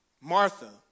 Martha